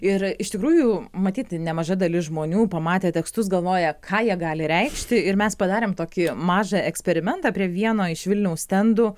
ir iš tikrųjų matyt nemaža dalis žmonių pamatę tekstus galvoja ką jie gali reikšti ir mes padarėm tokį mažą eksperimentą prie vieno iš vilniaus stendų